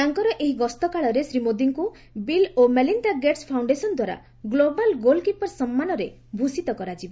ତାଙ୍କର ଏହି ଗସ୍ତ କାଳରେ ଶ୍ରୀ ମୋଦୀଙ୍କୁ ବିଲ୍ ଓ ମେଲିନ୍ଦା ଗେଟ୍ସ ଫାଉଶ୍ଡେସନ୍ ଦ୍ୱାରା ଗ୍ଲୋବାଲ୍ ଗୋଲ୍କିପର ସମ୍ମାନରେ ଭୂଷିତ କରାଯିବ